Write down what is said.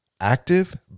active